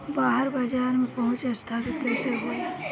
बाहर बाजार में पहुंच स्थापित कैसे होई?